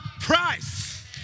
price